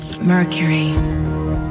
Mercury